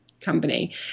company